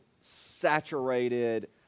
saturated